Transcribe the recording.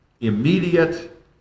immediate